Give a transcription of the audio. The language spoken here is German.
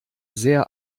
sehr